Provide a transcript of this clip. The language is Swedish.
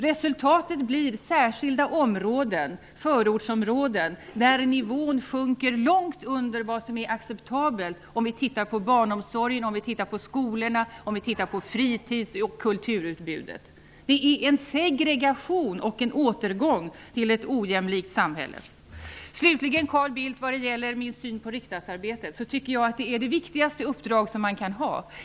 Resultatet blir särskilda förortsområden där nivån sjunker långt under vad som är acceptabelt i fråga om barnomsorgen, skolorna, fritiden och kulturutbudet. Det är en segregation och en återgång till ett ojämlikt samhälle. Slutligen, Carl Bildt: Vad gäller min syn på riksdagsarbetet vill jag säga att jag tycker att det är det viktigaste uppdrag som man kan ha.